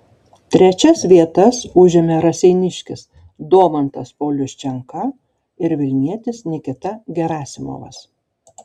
trečias vietas užėmė raseiniškis domantas pauliuščenka ir vilnietis nikita gerasimovas